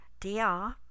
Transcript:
DR